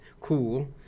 cool